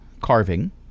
carving